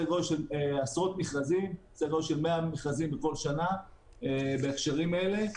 גודל של מאה מכרזים בכל שנה בהקשרים האלה.